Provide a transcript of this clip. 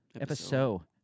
episode